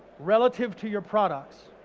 relative to your products.